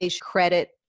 credit